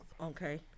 okay